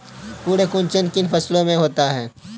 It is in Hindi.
पर्ण कुंचन किन फसलों में होता है?